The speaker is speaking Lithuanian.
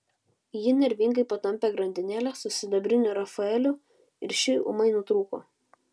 ji nervingai patampė grandinėlę su sidabriniu rafaeliu ir ši ūmai nutrūko